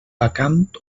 vacant